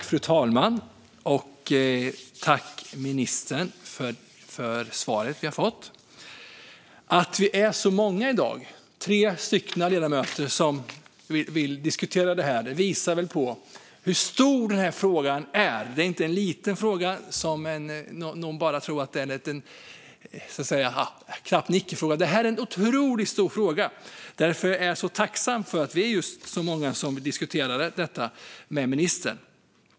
Fru talman! Jag tackar ministern för svaret. Att vi är så många - tre ledamöter - som i dag vill diskutera detta visar hur stor denna fråga är. Detta är inte någon liten fråga eller någon icke-fråga, utan det är en otroligt stor fråga. Därför är jag så tacksam för att vi är så många som diskuterar detta med ministern.